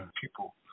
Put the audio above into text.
people